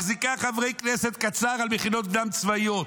מחזיקה חברי כנסת קצר על מכינות קדם-צבאיות?